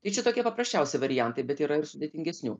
tai čia tokie paprasčiausi variantai bet yra ir sudėtingesnių